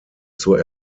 zur